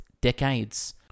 decades